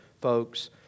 folks